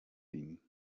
dienen